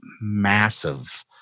massive